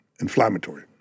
inflammatory